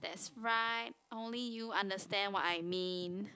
that's right only you understand what I mean